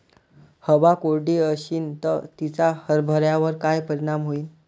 हवा कोरडी अशीन त तिचा हरभऱ्यावर काय परिणाम होईन?